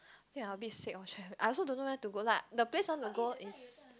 think I'm a bit sick of travel I also don't know where to go like the place I want to go is